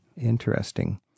Interesting